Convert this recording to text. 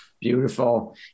Beautiful